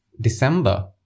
December